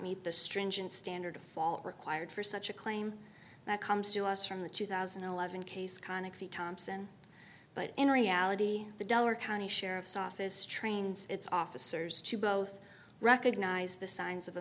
meet the stringent standard of fault required for such a claim that comes to us from the two thousand and eleven case conic the thompson but in reality the dollar county sheriff's office trained its officers to both recognize the signs of